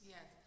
Yes